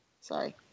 Sorry